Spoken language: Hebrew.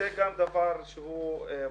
וזה גם דבר מוחלט.